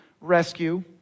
rescue